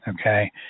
Okay